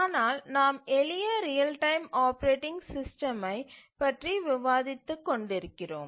ஆனால் நாம் எளிய ரியல் டைம் ஆப்பரேட்டிங் சிஸ்டமை பற்றி விவாதித்து கொண்டு இருக்கிறோம்